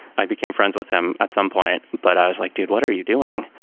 i became friends with them at some point, but i was like dude, what are you doing?